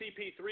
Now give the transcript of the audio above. CP3